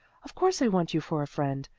of course i want you for a friend.